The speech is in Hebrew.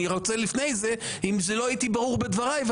אני רוצה לפני זה, אם לא הייתי ברור בדבריי.